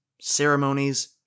ceremonies